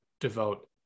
devote